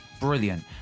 brilliant